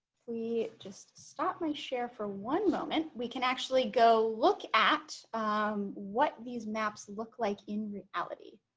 we just stopped my share for one moment we can actually go look at what these maps look like in reality